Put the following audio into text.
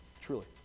Truly